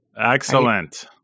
Excellent